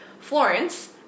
Florence